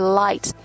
light